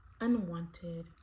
unwanted